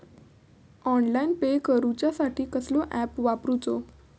Online pay करूचा साठी कसलो ऍप वापरूचो?